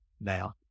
now